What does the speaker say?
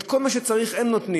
את כל מה שצריך הם נותנים.